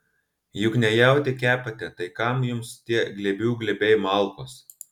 juk ne jautį kepate tai kam jums tie glėbių glėbiai malkos